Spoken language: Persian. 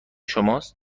شماست